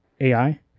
AI